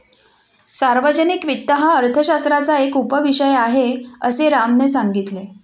सार्वजनिक वित्त हा अर्थशास्त्राचा एक उपविषय आहे, असे रामने सांगितले